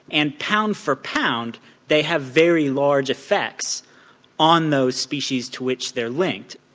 and pound for pound they have very large affects on those species to which they are linked.